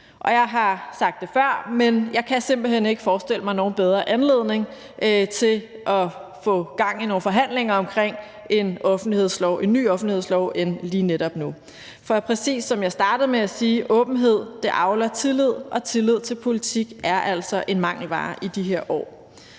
Jeg har sagt det før, men jeg kan simpelt hen ikke forestille mig nogen bedre anledning til at få gang i nogle forhandlinger om en ny offentlighedslov end lige netop nu. For præcis som jeg startede med at sige, avler åbenhed tillid, og tillid til politik er altså en mangelvare i de her år.